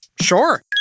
Sure